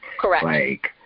Correct